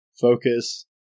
focus